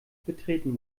betreten